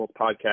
podcast